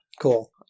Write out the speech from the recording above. Cool